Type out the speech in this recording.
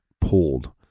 pulled